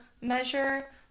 measure